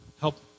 help